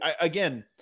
again